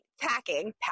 packing